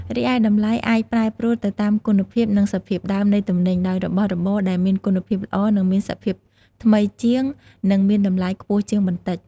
រីឯតម្លៃអាចប្រែប្រួលទៅតាម គុណភាព និងសភាពដើម នៃទំនិញ ដោយរបស់របរដែលមានគុណភាពល្អ និងមានសភាពថ្មីជាង នឹងមានតម្លៃខ្ពស់ជាងបន្តិច។